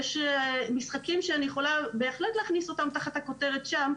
יש משחקים שאני יכולה בהחלט להכניסם תחת הכותרת שם,